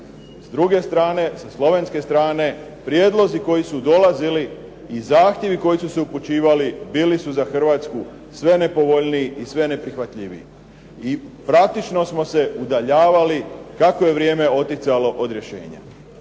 s druge strane, sa slovenske strane prijedlozi koji su dolazili i zahtjevi koji su se upućivali bili su za Hrvatsku sve nepovoljniji i sve neprihvatljiviji. I praktično smo se udaljavali kako je vrijeme oticalo od rješenja.